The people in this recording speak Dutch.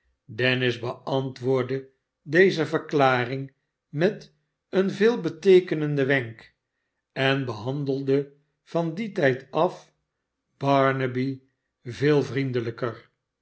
dennis beantwoordde deze yerklaring met een veelbeteekenenden wenk en behandelde van dien tijd af barnaby veel vriendelijker